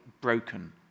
broken